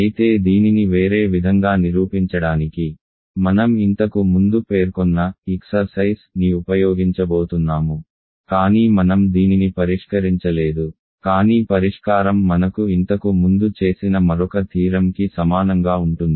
అయితే దీనిని వేరే విధంగా నిరూపించడానికి మనం ఇంతకు ముందు పేర్కొన్న వ్యాయామాన్ని ఉపయోగించబోతున్నాము కానీ మనం దీనిని పరిష్కరించలేదు కానీ పరిష్కారం మనకు ఇంతకు ముందు చేసిన మరొక థీరం కి సమానంగా ఉంటుంది